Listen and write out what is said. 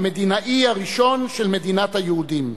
המדינאי הראשון של מדינת היהודים.